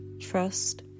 Trust